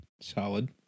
Solid